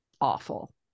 awful